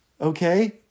okay